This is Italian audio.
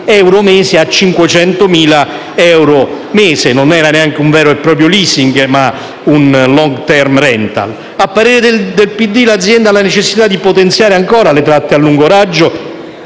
Democratico, l'azienda ha la necessità di potenziare ancora le tratte a lungo raggio,